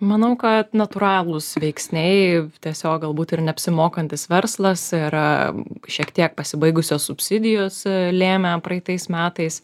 manau kad natūralūs veiksniai tiesiog galbūt ir neapsimokantis verslas yra šiek tiek pasibaigusios subsidijos lėmė praeitais metais